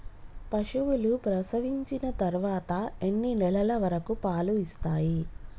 పశువులు ప్రసవించిన తర్వాత ఎన్ని నెలల వరకు పాలు ఇస్తాయి?